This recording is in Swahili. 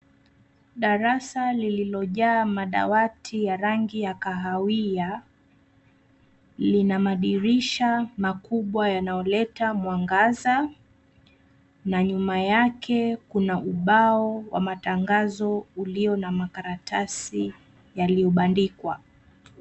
Darasa lililojaa madawati ya rangi ya kahawia. Lina madirisha makubwa yanayoleta mwangaza, na nyuma yake kuna ubao wa matangazo ulio na makaratasi yaliyobandikwa.